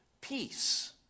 peace